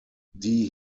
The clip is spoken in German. die